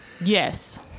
yes